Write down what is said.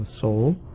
soul